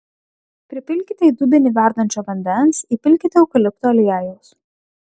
pripilkite į dubenį verdančio vandens įpilkite eukalipto aliejaus